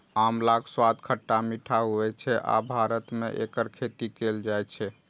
आंवलाक स्वाद खट्टा मीठा होइ छै आ भारत मे एकर खेती कैल जाइ छै